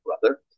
brother